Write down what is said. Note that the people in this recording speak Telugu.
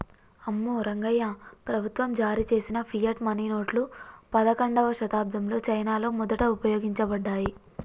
అమ్మో రంగాయ్యా, ప్రభుత్వం జారీ చేసిన ఫియట్ మనీ నోట్లు పదకండవ శతాబ్దంలో చైనాలో మొదట ఉపయోగించబడ్డాయి